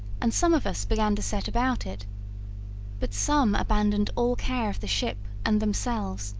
and some of us began to set about it but some abandoned all care of the ship and themselves,